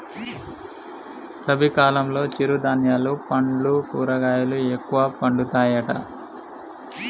రబీ కాలంలో చిరు ధాన్యాలు పండ్లు కూరగాయలు ఎక్కువ పండుతాయట